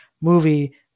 movie